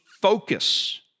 focus